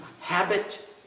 habit